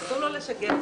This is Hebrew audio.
הישיבה ננעלה בשעה